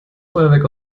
feuerwerk